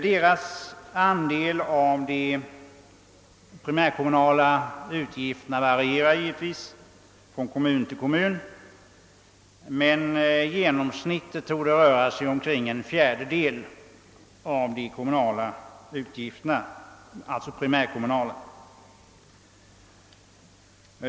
Deras andel av de primärkommunala utgifterna varierar givetvis från kommun till kommun, men genomsnittet torde vara omkring en fjärdedel av dessa utgifter.